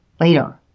later